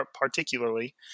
particularly